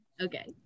okay